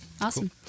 awesome